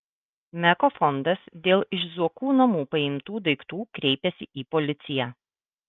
meko fondas dėl iš zuokų namų paimtų daiktų kreipėsi į policiją